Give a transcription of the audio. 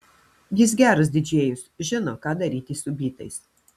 jis geras didžėjus žino ką daryti su bytais